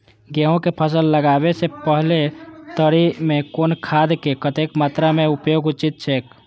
गेहूं के फसल लगाबे से पेहले तरी में कुन खादक कतेक मात्रा में उपयोग उचित छेक?